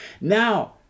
Now